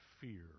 fear